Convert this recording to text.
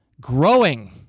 growing